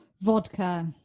Vodka